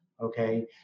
Okay